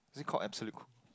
is it called absolute